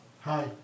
Hi